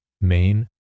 Main